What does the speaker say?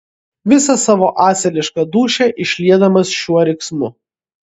visą savo asilišką dūšią išliedamas šiuo riksmu